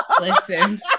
Listen